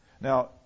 Now